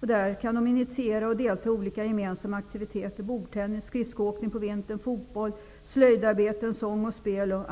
Där skulle de kunna initiera och delta i olika gemensamma aktiviteter såsom bordtennis, skridskoåkning på vintern, fotboll, slöjdarbeten, sång och spel.